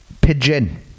Pigeon